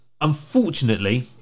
Unfortunately